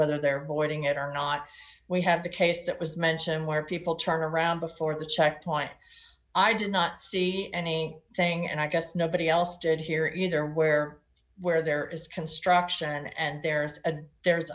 whether they're boarding it or not we have the case that was mentioned where people turn around before the checkpoint i did not see any thing and i guess nobody else did here either where where there is construction and there's a there's